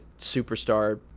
superstar